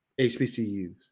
HBCUs